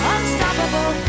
Unstoppable